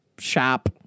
shop